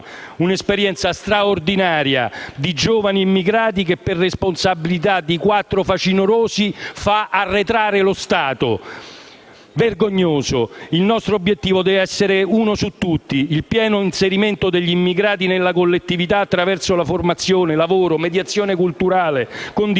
un'esperienza straordinaria di giovani immigrati che, per responsabilità di quattro facinorosi, fa arretrare lo Stato. Vergognoso! Il nostro obiettivo deve essere uno su tutti: il pieno inserimento degli immigrati nella collettività, attraverso formazione, lavoro, mediazione culturale, condizioni